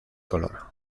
color